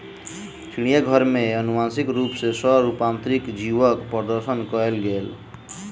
चिड़ियाघर में अनुवांशिक रूप सॅ रूपांतरित जीवक प्रदर्शन कयल गेल